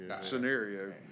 scenario